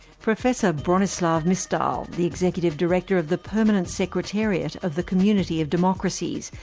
professor bronislaw misztal, the executive director of the permanent secretariat of the community of democracies,